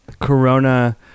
Corona